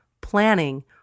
planning